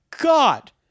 god